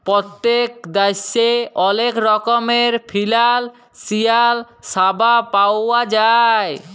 পত্তেক দ্যাশে অলেক রকমের ফিলালসিয়াল স্যাবা পাউয়া যায়